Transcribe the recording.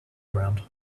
ground